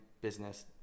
business